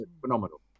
phenomenal